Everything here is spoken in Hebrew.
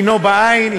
היינו בעין,